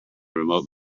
remote